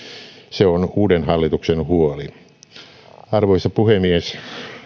se on uuden hallituksen huoli arvoisa puhemies varsinainen